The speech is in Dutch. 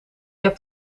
hebt